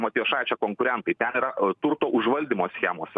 matijošaičio konkurentai ten yra turto užvaldymo schemos